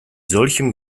solchem